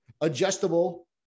adjustable